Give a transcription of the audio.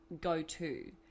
go-to